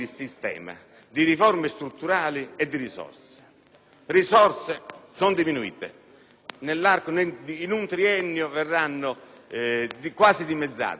risorse sono diminuite: in un triennio verranno quasi dimezzate, perché l'abbattimento è del 40,5